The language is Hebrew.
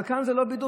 אבל כאן זה לא בידור,